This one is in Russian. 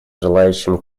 желающим